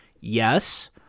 yes